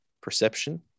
perception